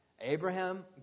Abraham